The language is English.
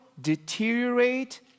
deteriorate